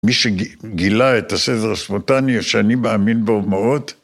מי שגילה את הסדר הספונטני שאני מאמין בו מאוד